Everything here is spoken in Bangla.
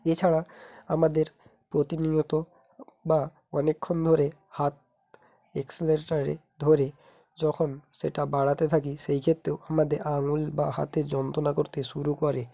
এছাড়া আমাদের প্রতিনিয়ত বা অনেক্ষন ধরে হাত এক্সালেটারে ধরে যখন সেটা বাড়াতে থাকি সেইক্ষেত্রেও আমাদের আঙ্গুল বা হাতে যন্ত্রণা করতে শুরু করে